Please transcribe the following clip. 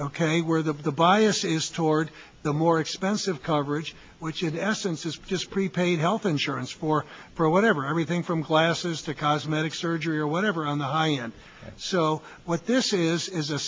ok where the of the bias is toward the more expensive coverage which in essence is just prepaid health insurance for whatever everything from classes to cosmetic surgery or whatever on the high end so what this is is a